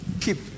keep